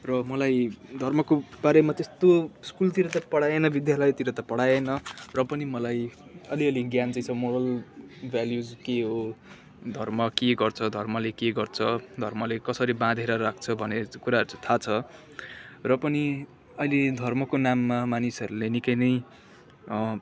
र मलाई धर्मको बारेमा त्यस्तो स्कुलतिर त पढाएन विद्यालयतिर त पढाएन र पनि मलाई अलिअलि ज्ञान चाहिँ छ मोरल भ्याल्युज के हो धर्म के गर्छ धर्मले के गर्छ धर्मले कसरी बाँधेर राख्छ भने कुराहरू थाहा छ र पनि अहिले धर्मको नाममा मानिसहरूले निकै नै